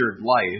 life